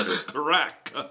Crack